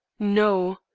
no.